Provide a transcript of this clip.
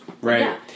Right